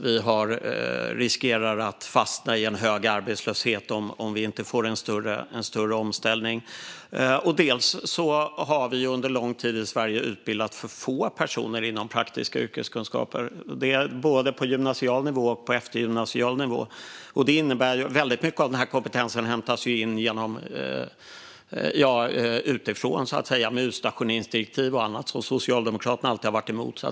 Vi riskerar att fastna i hög arbetslöshet om vi inte får till en större omställning. Under lång tid i Sverige har vi också utbildat för få personer inom praktiska yrkesutbildningar, både på gymnasial nivå och på eftergymnasial nivå. Väldigt mycket av den kompetensen hämtas in utifrån med utstationeringsdirektiv och annat som Socialdemokraterna alltid varit emot.